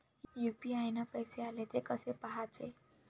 UPI न पैसे आले, थे कसे पाहाचे?